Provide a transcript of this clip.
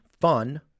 fun